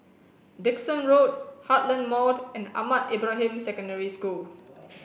Dickson Road Heartland Mall and Ahmad Ibrahim Secondary School